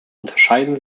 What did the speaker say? unterscheiden